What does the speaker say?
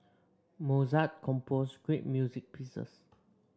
Mozart composed great music pieces